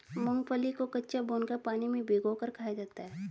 मूंगफली को कच्चा, भूनकर, पानी में भिगोकर खाया जाता है